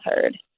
heard